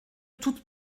toute